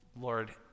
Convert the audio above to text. Lord